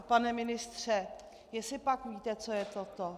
Pane ministře, jestlipak víte, co je toto?